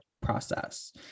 process